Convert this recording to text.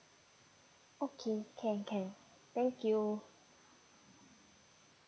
okay can can thank you